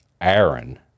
Aaron